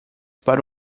para